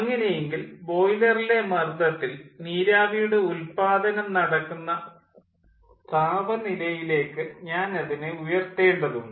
അങ്ങനെയെങ്കിൽ ബോയിലറിലെ മർദ്ദത്തിൽ നീരാവിയുടെ ഉല്പാദനം നടക്കുന്ന താപനിലയിലേക്ക് ഞാൻ അതിനെ ഉയർത്തേണ്ടതുണ്ട്